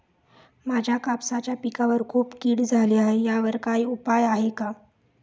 माझ्या कापसाच्या पिकावर खूप कीड झाली आहे यावर काय उपाय आहे का?